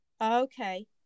okay